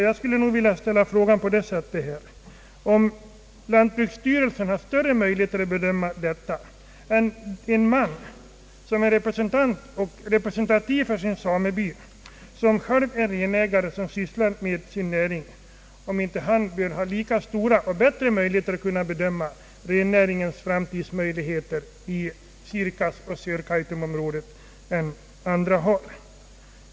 Jag skulle nog vilja ställa frågan på det sättet: Har lantbruksstyrelsen större möjligheter att bedöma detta än en man, som är representativ för sin sameby och som själv är renägare och sysslar med sin näring? Bör inte han ha lika stora eller bättre möjligheter att kunna bedöma rennäringens framtidsmöjligheter i Sirkasoch Sörkaitumområdet än andra?